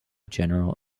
general